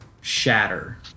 shatter